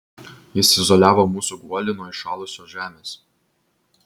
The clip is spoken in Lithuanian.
jis izoliavo mūsų guolį nuo įšalusios žemės